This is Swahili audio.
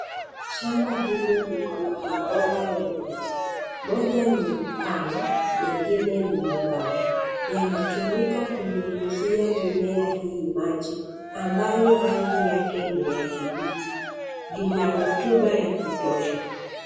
Shamba hili liko na mabomba ya maji—moja ni mpana mengine ni nyembamba—yanayotumika kunyunyizia mimea hii maji ambayo rangi yake ni ya kibichi. Linarutuba ya kutosha.